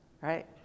right